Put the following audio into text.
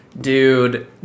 dude